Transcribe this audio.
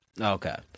okay